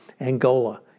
Angola